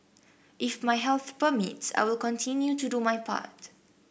if my health permits I will continue to do my part